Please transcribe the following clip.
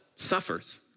suffers